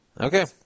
Okay